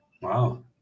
Wow